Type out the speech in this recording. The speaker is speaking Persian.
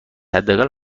حداقل